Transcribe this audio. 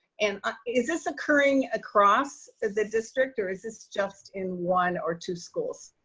and ah is this occurring across the district or is this just in one or two schools?